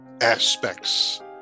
aspects